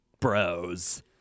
bros